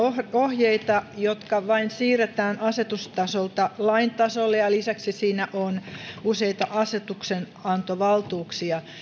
ohjeita jotka vain siirretään asetustasolta lain tasolle ja lisäksi siinä on useita asetuksenantovaltuuksia